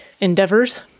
endeavors